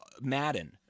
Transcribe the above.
Madden